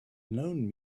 known